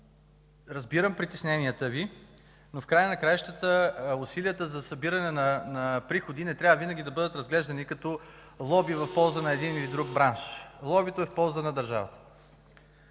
Разбирам притесненията Ви, но в края на краищата усилията за събиране на приходи не трябва винаги да бъдат разглеждани като лоби в полза на един или друг бранш. (Председателят дава